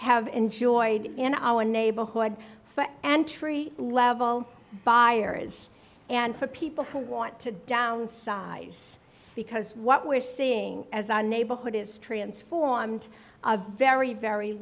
have enjoyed in our neighborhood and tree level is and for people who want to downsize because what we're seeing as a neighborhood is transformed a very very